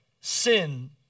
sin